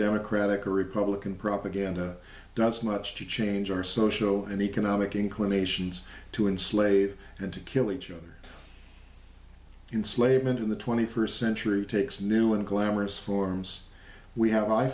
democratic or republican propaganda does much to change our social and economic inclinations to enslave and to kill each other in slave and in the twenty first century takes new and glamorous forms we have i